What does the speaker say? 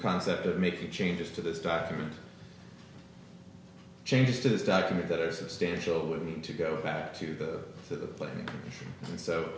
concept of making changes to this document changes to this document that are substantial we need to go back to the to the plan so